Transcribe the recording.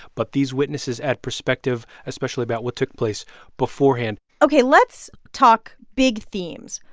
but these witnesses add perspective, especially about what took place beforehand ok, let's talk big themes.